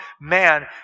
man